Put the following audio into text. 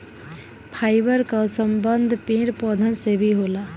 fibre कअ संबंध पेड़ पौधन से भी होला